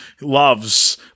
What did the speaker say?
loves